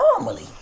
normally